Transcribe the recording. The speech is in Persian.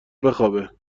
بخوابه